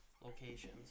locations